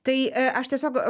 tai aš tiesiog